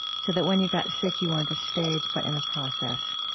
so that when you got sick, you weren't a stage, but in a process.